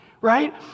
right